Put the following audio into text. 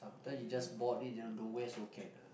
sometimes you just bored it then don't want also can ah